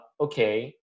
okay